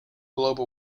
globe